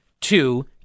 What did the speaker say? two